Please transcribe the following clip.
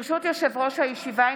ברשות יושב-ראש הישיבה,